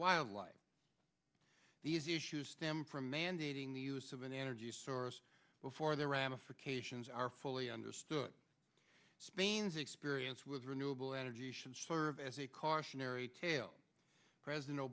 wildlife these issues stem from mandating the use of an energy source before the ramifications are fully understood spain's experience with renewable energy serve as a cautionary tale president